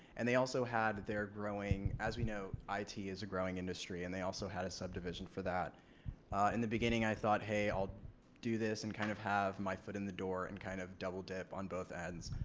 and they also had that they're growing as we know i t. is a growing industry and they also had a subdivision for that in the beginning i thought hey i'll do this and kind of have my foot in the door and kind of double dip on both ends.